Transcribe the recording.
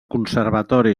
conservatori